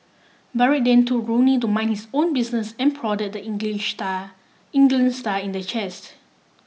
Barrett then told Rooney to mind his own business and prodded the English star England star in the chest